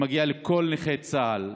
מגיע לכל נכי צה"ל.